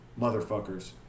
motherfuckers